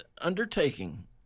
undertaking